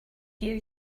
hear